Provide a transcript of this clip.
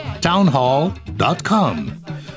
townhall.com